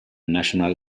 national